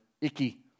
Icky